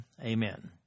Amen